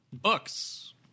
Books